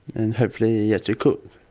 and hopefully get to cook.